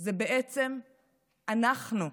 זה בעצם אנחנו.